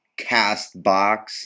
Castbox